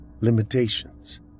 limitations